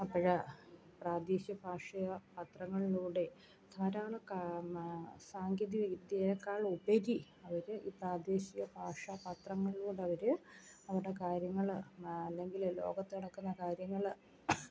അപ്പോൾ പ്രാദേശിക ഭാഷ പത്രങ്ങളിലൂടെ ധാരാളം ക മ സാങ്കേതിക വിദ്യയെക്കാൾ ഉപരി അവർ ഈ പ്രാദേശിക ഭാഷ പത്രങ്ങളിലൂടെ അവർ അവരുടെ കാര്യങ്ങൾ അല്ലെങ്കിൽ ലോകത്ത് നടക്കുന്ന കാര്യങ്ങൾ